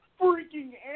freaking